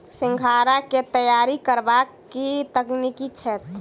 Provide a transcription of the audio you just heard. सिंघाड़ा केँ तैयार करबाक की तकनीक छैक?